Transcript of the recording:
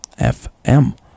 FM